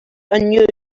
unusual